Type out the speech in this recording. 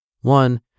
One